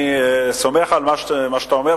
אני סומך על מה שאתה אומר,